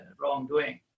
wrongdoing